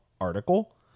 article